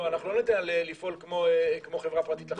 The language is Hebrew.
לא ניתן לה לפעול כמו חברה פרטית לחלוטין.